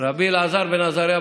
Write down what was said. רבי אלעזר בן עזריה,